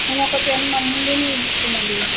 మేము ఒక టెన్ మందిని ఇస్తామండి